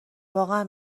واقعا